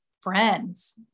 friends